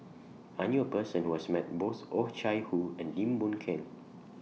I knew A Person Who has Met Both Oh Chai Hoo and Lim Boon Keng